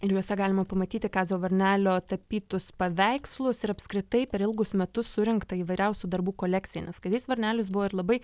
ir juose galima pamatyti kazio varnelio tapytus paveikslus ir apskritai per ilgus metus surinktą įvairiausių darbų kolekciją nes kazys varnelis buvo ir labai